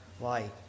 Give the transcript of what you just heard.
light